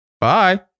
bye